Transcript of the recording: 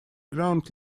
ground